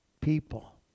people